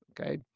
Okay